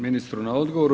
ministru na odgovoru.